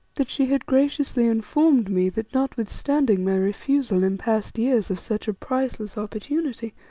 that she had graciously informed me that notwithstanding my refusal in past years of such a priceless opportunity,